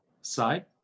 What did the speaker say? side